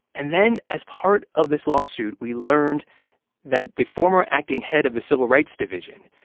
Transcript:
and then as part of this lawsuit, we learned that the former acting head of the civil rights division,